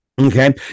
Okay